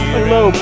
Hello